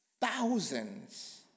thousands